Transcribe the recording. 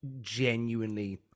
genuinely